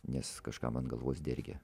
nes kažkam ant galvos dergia